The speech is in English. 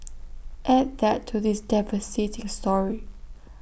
add that to this devastating story